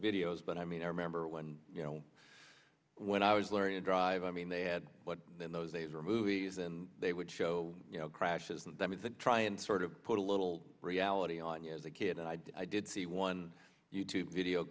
videos but i mean i remember when when i was learning to drive i mean they had what in those days were movies and they would show you know crashes and that means that try and sort of put a little reality on you as a kid i did see one you tube video